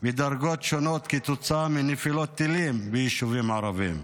בדרגות שונות כתוצאה מנפילות טילים ביישובים ערביים.